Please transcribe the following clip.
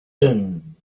din